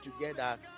together